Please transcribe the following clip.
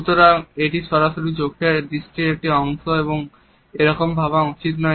সুতরাং এটি সরাসরি চোখের দৃষ্টির একটি অংশ এবং এরম ভাবা উচিত নয়